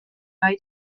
rhaid